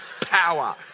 power